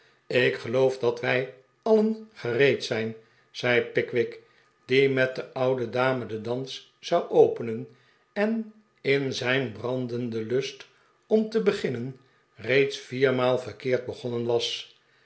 ik geloof dat wij alien gereed zijn zei pickwick die met de oude dame den dans zou openen en in zijn brandenden lust om te beginnen reeds viermaal verkeerd begonhen was